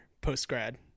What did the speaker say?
post-grad